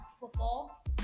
football